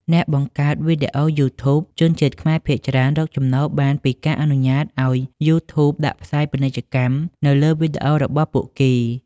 អ្នកបង្កើតវីដេអូ YouTube ជនជាតិខ្មែរភាគច្រើនរកចំណូលបានពីការអនុញ្ញាតឲ្យ YouTube ដាក់ផ្សាយពាណិជ្ជកម្មនៅលើវីដេអូរបស់ពួកគេ។